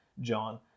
John